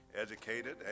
educated